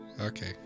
Okay